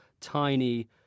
tiny